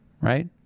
right